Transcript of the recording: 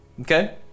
Okay